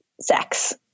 sex